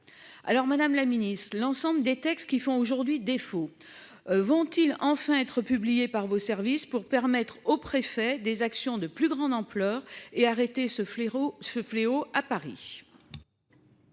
Alors Madame la Ministre l'ensemble des textes qui font aujourd'hui défaut. Vont-ils enfin être publié par vos services pour permettre au préfet des actions de plus grande ampleur et arrêter ce fléau ce fléau à